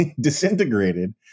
disintegrated